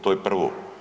To je prvo.